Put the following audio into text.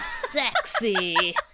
sexy